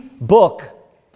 book